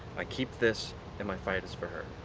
i keep this and my fight is for her.